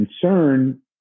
concern